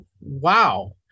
wow